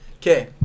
Okay